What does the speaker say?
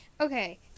Okay